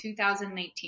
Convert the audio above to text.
2019